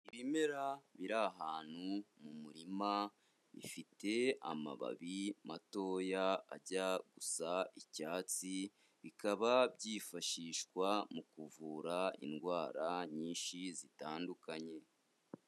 Ibimera biri ahantu mu murima bifite amababi matoya ajya gusa icyatsi, bikaba byifashishwa mu kuvura indwara nyinshi zitandukanye.